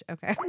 Okay